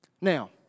Now